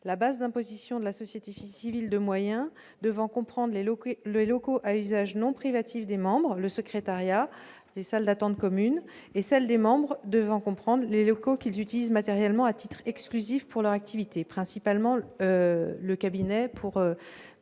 la base d'imposition de la société civile de moyens devant comprendre les locaux à usage non privatif des membres- le secrétariat, les salles d'attente communes -et celle des membres devant comprendre les locaux qu'ils utilisent matériellement à titre exclusif pour leur activité, principalement le cabinet pour